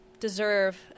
deserve